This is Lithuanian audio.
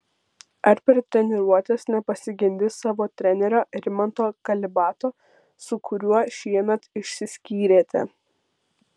ar per treniruotes nepasigendi savo trenerio rimanto kalibato su kuriuo šiemet išsiskyrėte